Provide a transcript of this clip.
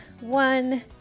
one